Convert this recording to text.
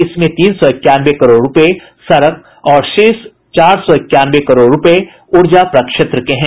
इसमें तीन सौ इक्यानवे करोड़ रूपये सड़क और शेष चार सौ इक्यानवे करोड़ रूपये ऊर्जा प्रक्षेत्र के हैं